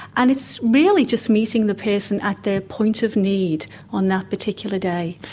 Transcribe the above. and it's really just meeting the person at their point of need on that particular day.